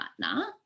partner